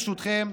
ברשותכם,